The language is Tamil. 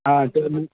ஆ சரிண்ணே